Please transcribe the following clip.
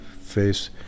face